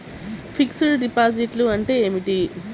Fixed డిపాజిట్లు అంటే ఏమిటి?